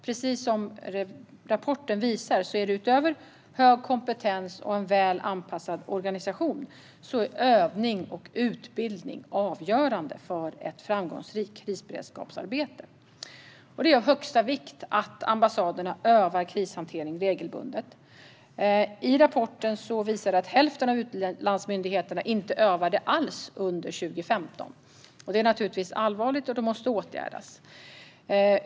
Precis som rapporten visar är, utöver hög kompetens och en väl anpassad organisation, övning och utbildning avgörande för ett framgångsrikt krisberedskapsarbete. Det är av största vikt att ambassaderna övar krishantering regelbundet. Rapporten visar att hälften av utlandsmyndigheterna inte övade alls under 2015. Det är naturligtvis allvarligt, och det måste åtgärdas.